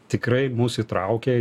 tikrai mus įtraukė